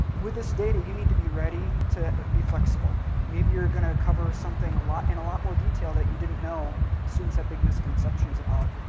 with this data you need to be ready to be flexible. maybe you're going to cover something in a lot more detail that you didn't know students have big misconceptions about.